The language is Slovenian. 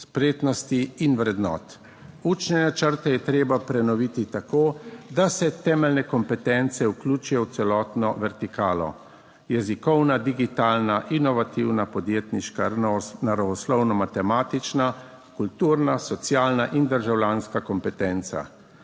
spretnosti in vrednot. Učne načrte je treba prenoviti tako, da se temeljne kompetence vključijo v celotno vertikalo: jezikovna, digitalna, inovativna, podjetniška, naravoslovno matematična, kulturna, socialna in državljanska kompetenca.